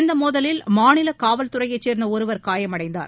இந்த மோதலில் மாநில காவல்துறையைசேர்ந்த ஒருவர் காயமடைந்தார்